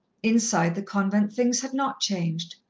inside the convent, things had not changed.